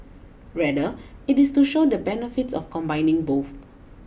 rather it is to show the benefits of combining both